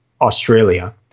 Australia